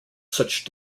such